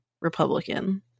Republican